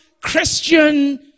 Christian